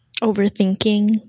Overthinking